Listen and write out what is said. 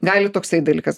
gali toksai dalykas